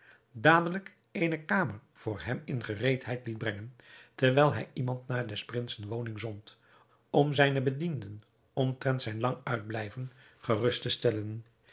dadelijk eene kamer voor hem in gereedheid liet brengen terwijl hij iemand naar des prinsen woning zond om zijne bedienden omtrent zijn lang uitblijven gerust te stellen